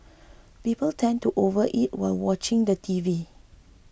people tend to overeat while watching the T V